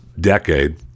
decade